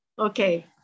Okay